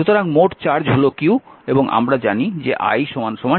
সুতরাং মোট চার্জ হল q এবং আমরা জানি যে i dqdt